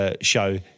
show